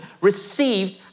received